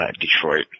Detroit